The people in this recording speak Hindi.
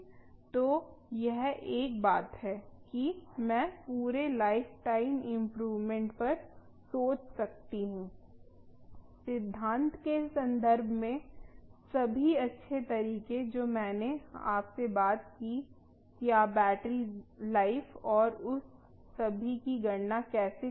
तो यह एक बात है कि मैं पूरे लाइफटाइम इम्प्रूवमेंट पर सोच सकती हूं सिद्धांत के संदर्भ में सभी अच्छे तरीके जो मैंने आपसे बात की कि आप बैटरी जीवन और उस सभी की गणना कैसे करते हैं